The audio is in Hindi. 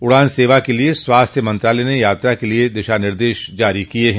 उड़ान सेवा के लिए स्वास्थ्य मंत्रालय ने यात्रा के लिए दिशा निर्देश जारी किये हैं